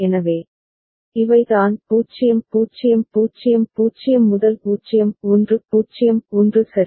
எனவே இவை தான் 0 0 0 0 முதல் 0 1 0 1 சரி